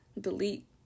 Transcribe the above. delete